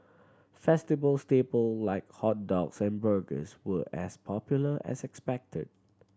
festival staple like hot dogs and burgers were as popular as expected